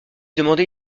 demandait